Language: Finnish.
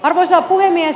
arvoisa puhemies